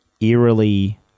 eerily